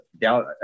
down